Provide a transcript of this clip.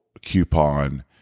coupon